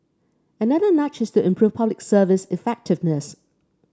another nudge is to improve Public Service effectiveness